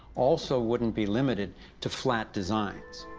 also wouldn't be limited to flat designs.